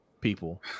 people